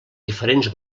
diferents